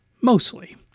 mostly